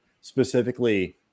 specifically